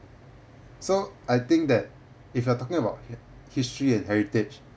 so I think that if you are talking about hi~ history and heritage